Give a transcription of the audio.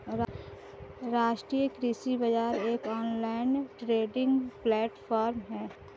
राष्ट्रीय कृषि बाजार एक ऑनलाइन ट्रेडिंग प्लेटफॉर्म है